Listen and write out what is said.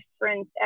difference